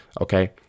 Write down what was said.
Okay